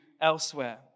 elsewhere